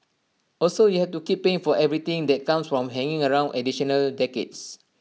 also you have to keep paying for everything that comes from hanging around additional decades